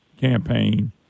campaign